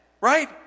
Right